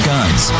Guns